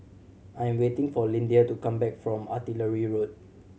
I am waiting for Lyndia to come back from Artillery Road